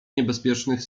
niebezpiecznych